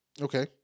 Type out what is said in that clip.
Okay